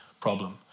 problem